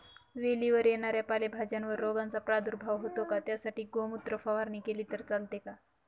वेलीवर येणाऱ्या पालेभाज्यांवर रोगाचा प्रादुर्भाव होतो का? त्यासाठी गोमूत्र फवारणी केली तर चालते का?